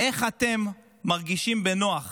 איך אתם מרגישים בנוח